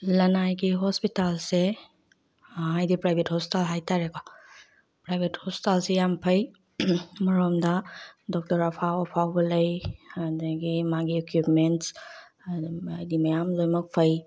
ꯂꯅꯥꯏꯒꯤ ꯍꯣꯁꯄꯤꯇꯥꯜꯁꯦ ꯍꯥꯏꯗꯤ ꯄ꯭ꯔꯥꯏꯚꯦꯠ ꯍꯣꯁꯄꯤꯇꯥꯜ ꯍꯥꯏꯇꯥꯔꯦꯀꯣ ꯄ꯭ꯔꯥꯏꯚꯦꯠ ꯍꯣꯁꯄꯤꯇꯥꯜꯁꯦ ꯌꯥꯝ ꯐꯩ ꯑꯃꯔꯣꯝꯗ ꯗꯣꯛꯇꯔ ꯑꯐꯥꯎ ꯑꯐꯥꯎꯕ ꯂꯩ ꯑꯗꯒꯤ ꯃꯥꯒꯤ ꯏꯀ꯭ꯋꯤꯞꯃꯦꯟꯁ ꯑꯗꯨꯝ ꯍꯥꯏꯗꯤ ꯃꯌꯥꯝ ꯂꯣꯏꯅꯃꯛ ꯐꯩ